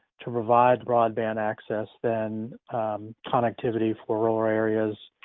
to provide broadband access, then connectivity for all areas.